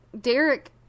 Derek